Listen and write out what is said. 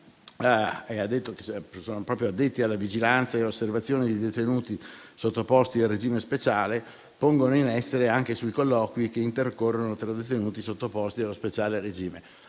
che gli operatori del GOM, addetti alla vigilanza e all'osservazione di detenuti sottoposti al regime speciale, pongono in essere anche sui colloqui che intercorrono tra detenuti sottoposti allo speciale regime.